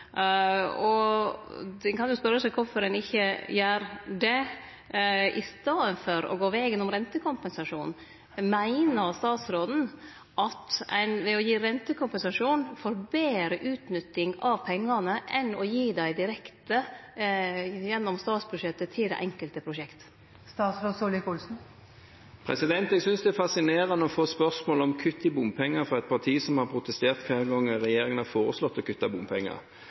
E39. Ein kan jo spørje seg kvifor ein ikkje gjer det i staden for å gå vegen om rentekompensasjon. Meiner statsråden at ein ved å gi rentekompensasjon får betre utnytting av pengane enn ved å gi dei direkte til det enkelte prosjektet over statsbudsjettet? Jeg synes det er fascinerende å få spørsmål om kutt i bompenger fra et parti som har protestert hver gang regjeringen har foreslått å